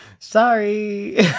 Sorry